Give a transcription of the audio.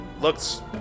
looks